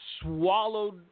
swallowed